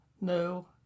No